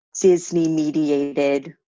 Disney-mediated